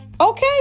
Okay